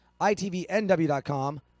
itvnw.com